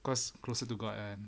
cause closer to god kan